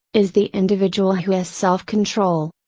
is the individual who has self control.